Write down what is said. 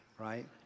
right